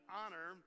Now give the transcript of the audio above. honor